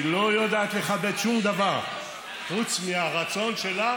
היא לא יודעת לכבד שום דבר חוץ מהרצון שלה